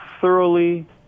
thoroughly